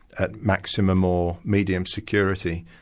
at maximum or medium security.